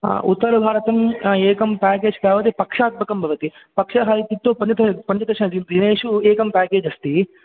उत्तरभारतम् एकं पेकेज् तावत् पक्षात्मकं भवति पक्षः इत्युक्तौ पञ्चश पञ्चदशदि दिनेषु एकं पेकेज् अस्ति